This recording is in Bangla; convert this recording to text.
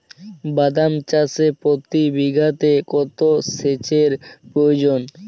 বাদাম চাষে প্রতি বিঘাতে কত সেচের প্রয়োজন?